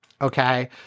okay